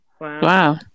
Wow